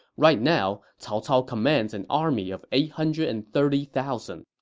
right now, cao cao commands an army of eight hundred and thirty thousand,